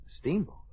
steamboat